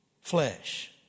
flesh